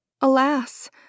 Alas